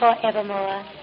forevermore